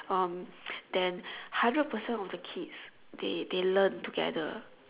um then hundred percent of the kids they they learn together